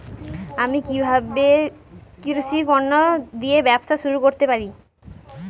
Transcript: আমি কিভাবে কৃষি পণ্য দিয়ে ব্যবসা শুরু করতে পারি?